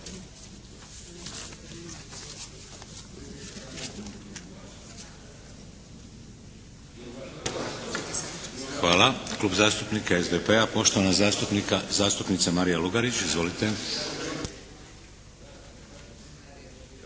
(HDZ)** Hvala. Klub zastupnika SDP-a poštovana zastupnica Marija Lugarić. Izvolite.